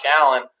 Allen